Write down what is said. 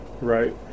right